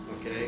Okay